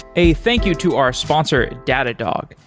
a thank you to our sponsor datadog,